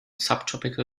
subtropical